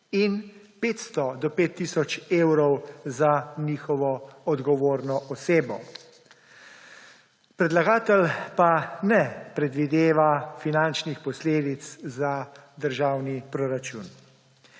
in 500 do 5000 evrov za njihovo odgovorno osebo. Predlagatelj pa ne predvideva finančnih posledic za državni proračun.